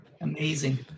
Amazing